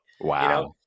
Wow